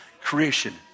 creation